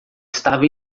estava